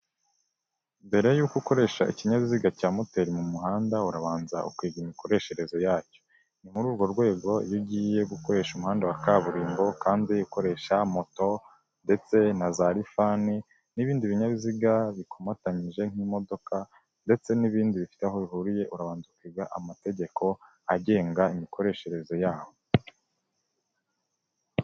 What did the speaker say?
Mbere y'uko ukoresha ikinyabiziga cya moteri mu muhanda urabanza ukiga imikoreshereze yacyo. Ni muri urwo rwego iyo ugiye gukoresha umuhanda wa kaburimbo kandi ukoresha moto ndetse na za lifani n'ibindi binyabiziga bikomatanyije nk'imodoka ndetse n'ibindi bifite aho bihuriye, urabanza ukiga amategeko agenga imikoreshereze yaho.